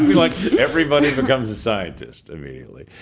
like, everybody becomes a scientist immediately.